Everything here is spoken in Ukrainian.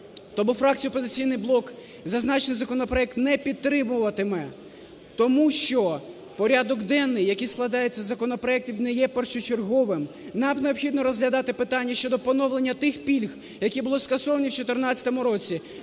Тому фракція "Опозиційний блок" зазначений законопроект не підтримуватиме, тому що порядок денний, який складається з законопроектів, не є першочерговим. Нам необхідно розглядати питання щодо поновлення тих пільг, які були скасовані в 2014 році,